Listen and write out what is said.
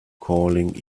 calling